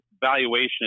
valuation